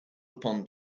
upon